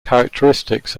characteristics